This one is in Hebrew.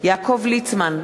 יעקב ליצמן,